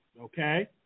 Okay